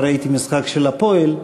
וראיתי משחק של "הפועל".